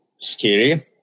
scary